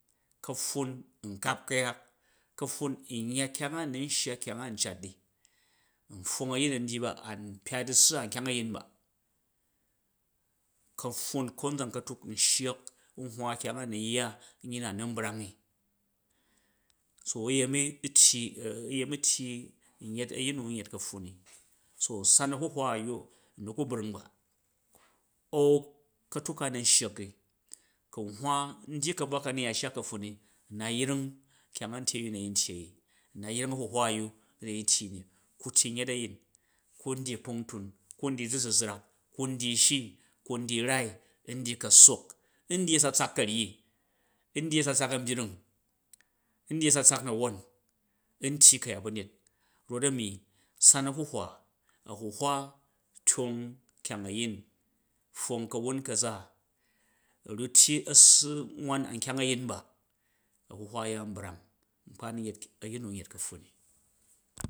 Ka̱pffun n kap ku̱yak, ka̱pffun nyya kyang a u nun shya kyang a̱ n cat i npfong a̱yin a̱ n dyi ba an kpya du̱ssu an kyang a̱yin ba, ka̱pffun, konzan ka̱tuk ku n sshak n hwa kyang a nu yya nyi na nu n brangi so uyemi tyi uyemi tyi n yet a̱yin nu un yet ka̱pffun ni. San a̱huhwa a̱yya n nu ku brung ba au ka̱tuk ka n nun shak ni ku n hwa n dyi ka̱buwa kan nun ya shya ka̱pffun m u̱ na yring kyang a a̱ntye a̱yyu na yim n tyei ni u̱ na yring a̱huhwa a̱yya na yin tyi ni kutyi n yet a̱yin, ku ndyi kpung tun, ku̱ ndyi du̱zuzrak ku ndyi shii, ku ndyi rai ku̱ ndyi ka̱ssok ndyi a̱tsatsak ka̱ryi ndyi a̱tsatsak a̱mbyring ndyi a̱tsatsak na̱won, n tyi ka̱yat ba̱nyet rof a̱mi san a̱huhwa, a̱huhwa tyong kyang a̱yin, pfwong ka̱wun ka̱za, uru tyi a̱ssu wan an kyang a̱yin ba, a̱huhwa a̱yyu an brang ukpa n nunyet a̱yin nu nyet ka̱pffun ni.